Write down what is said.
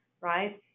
right